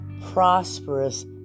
prosperous